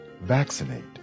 Vaccinate